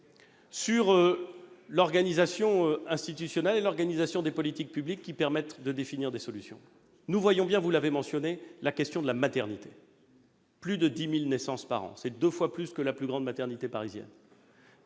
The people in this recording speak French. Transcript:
sur l'organisation institutionnelle et l'organisation des politiques publiques qui permettent de définir des solutions. Nous voyons bien la question, que vous avez mentionnée, de la maternité, qui enregistre plus de 10 000 naissances par an, soit deux fois plus que la plus grande maternité parisienne.